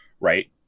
right